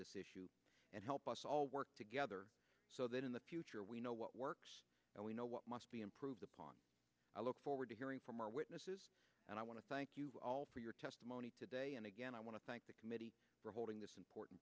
this issue and help us all work together so that in the future we know what works and we know what must be improved upon i look forward to hearing from our witnesses and i want to thank you for your testimony today and again i want to thank the committee for holding this important